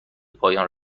پایان